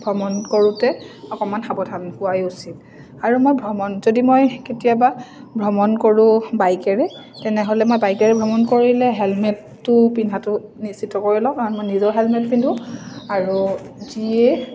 ভ্ৰমণ কৰোঁতে অকণমান সাৱধান হোৱাই উচিত আৰু মই ভ্ৰমণ যদি মই কেতিয়াবা ভ্ৰমণ কৰোঁ বাইকেৰে তেনেহ'লে মই বাইকেৰে ভ্ৰমণ কৰিলে হেলমেটটো পিন্ধাটো নিশ্চিত কৰি লওঁ কাৰণ মই নিজেও হেলমেট পিন্ধোঁ আৰু যিয়ে